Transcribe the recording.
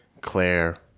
Claire